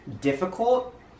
Difficult